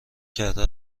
کرده